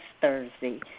Thursday